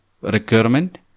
requirement